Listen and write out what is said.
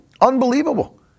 Unbelievable